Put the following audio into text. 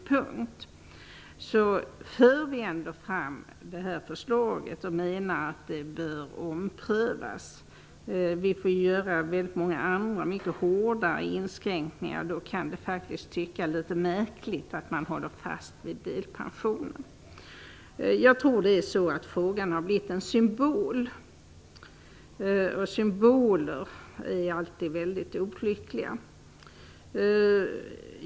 Men vi för ändå fram förslaget och menar att delpensionen bör omprövas. Vi får göra väldigt många andra mycket hårdare inskränkningar, och då kan det tyckas litet märkligt att man håller fast vid delpensionen. Frågan har blivit en symbol, och symboler är alltid väldigt svåra att rucka på.